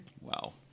Wow